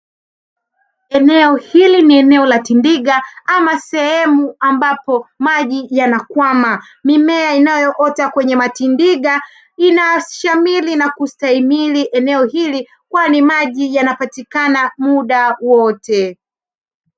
Eneo hili ni eneo la tindiga ama sehemu ambapo maji yanakwama. Mimea inayoota kwenye matindiga inashamiri na kustahimili eneo hili, kwani maji yanapatikana muda wote.